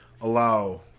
allow